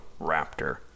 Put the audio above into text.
Raptor